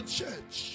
church